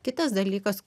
kitas dalykas